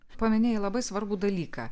paminėjai labai svarbų dalyką